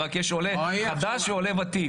רק יש עולה חדש ועולה ותיק.